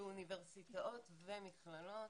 באוניברסיטאות ובמכללות,